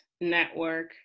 network